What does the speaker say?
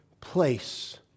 place